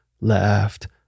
left